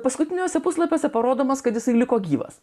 paskutiniuose puslapiuose parodomas kad jisai liko gyvas